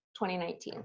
2019